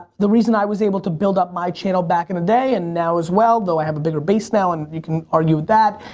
the reason i was able to build up my channel back in the day and now as well, though i have a bigger base now and you can argue with that,